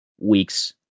weeks